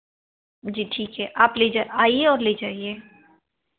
जी ठीक हैं आप ले जाई आईए और ले जाईए